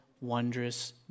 wondrous